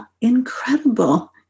incredible